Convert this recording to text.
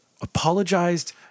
apologized